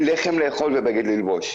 לחם לאכול ובגד ללבוש.